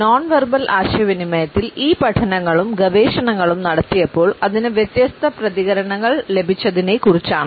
non verbal ആശയവിനിമയത്തിൽ ഈ പഠനങ്ങളും ഗവേഷണങ്ങളും നടത്തിയപ്പോൾ അതിന് വ്യത്യസ്ത പ്രതികരണങ്ങൾ ലഭിച്ചു